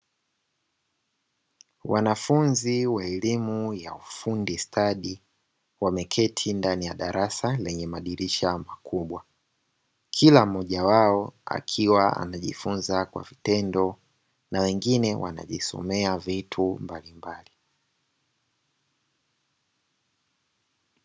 Wanafunzi wa elimu ya ufundi stadi wameketi ndani ya darasa lenye madirisha makubwa, kila mmoja wao akiwa anajifunza kwa vitendo na wengine wanajisomea vitu mbalimbali.